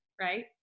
Right